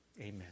Amen